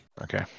Okay